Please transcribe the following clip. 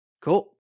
Cool